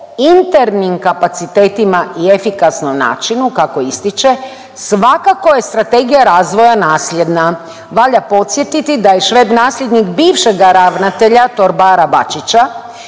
internim kapacitetima i efikasnom načinu kako ističe svakako je strategija razvoja nasljedna. Valja podsjetiti da je Šveb nasljednik bivšega ravnatelja torbara Bačića